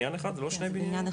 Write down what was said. בניין אחד, לא שני בניינים?